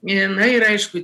jinai ir aišku